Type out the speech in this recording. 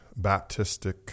Baptistic